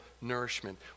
nourishment